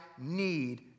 need